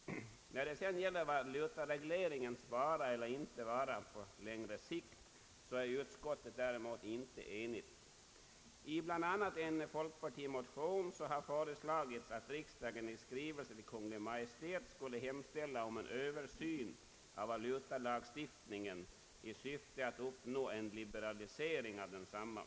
När det sedan gäller valutaregleringens vara eller inte vara på längre sikt är utskottet däremot inte enigt. I bl.a. två likalydande folkpartimotioner har föreslagits att riksdagen i skrivelse till Kungl. Maj:t skall hemställa om »en översyn av valutalagstiftningen i syfte att uppnå en liberalisering av densamma».